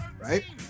right